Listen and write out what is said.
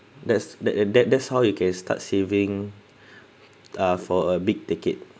that's that uh that that's how you can start saving ah for a big ticket